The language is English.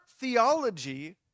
theology